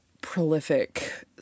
prolific